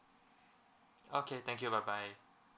okay thank you bye bye